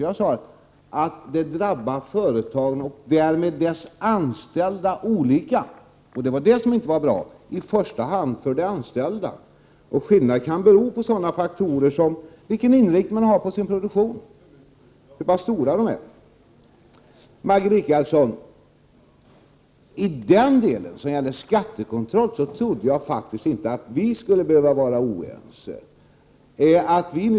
Jag sade att det drabbar företagen och deras anställda olika. Och det är inte bra, i första hand för de anställda. Hur det drabbar beror på vilken inriktning företagen har och hur stora de är. Till Maggi Mikaelsson: Jag trodde faktiskt inte att vi skulle behöva vara oense om skattekontrollen.